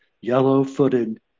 yellow-footed